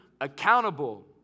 accountable